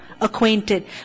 Acquainted